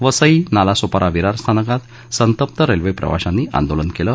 वसई नालासोपारा विरार स्थानकात संतप्त रेल्वे प्रवाशांनी आंदोलन केलं